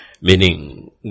Meaning